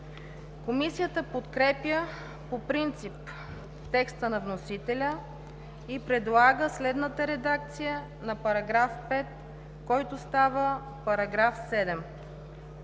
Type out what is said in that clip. Комисията подкрепя по принцип текста на вносителя и предлага следната редакция на § 12, който става § 24: „§